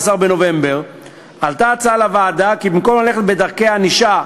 בנובמבר עלתה הצעה לוועדה שבמקום ללכת בדרכי ענישה,